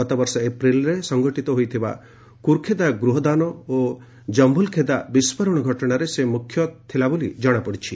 ଗତବର୍ଷ ଏପ୍ରିଲ୍ରେ ସଂଘଟିତ ହୋଇଥିବା କୁର୍ଖେଦା ଜଳାପୋଡ଼ା ଏବଂ ଜୟୁଲଖେଦା ବିସ୍କୋରଣ ଘଟଣାରେ ସେ ମୁଖ୍ୟ ଥିଲେ ବୋଲି ଜଣାପଡ଼ିଛି